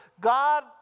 God